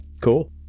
cool